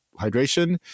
hydration